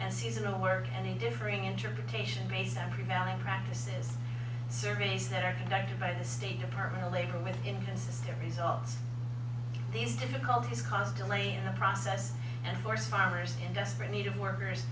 and seasonal work and a differing interpretation based on prevailing practices surveys that are conducted by the state department of labor with inconsistent results these difficulties cause delays in the process and force farmers in desperate need of workers